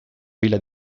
villa